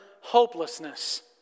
hopelessness